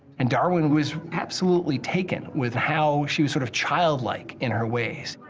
and darwin was absolutely taken with how she was, sort of, childlike in her ways.